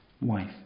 wife